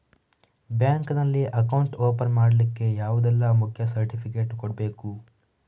Bank ನಲ್ಲಿ account open ಮಾಡ್ಲಿಕ್ಕೆ ಯಾವುದೆಲ್ಲ ಮುಖ್ಯ ಸರ್ಟಿಫಿಕೇಟ್ ಕೊಡ್ಬೇಕು?